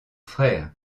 frère